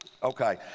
Okay